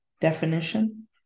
definition